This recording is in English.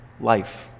life